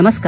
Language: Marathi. नमस्कार